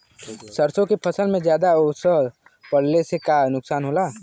सरसों के फसल मे ज्यादा ओस पड़ले से का नुकसान होला?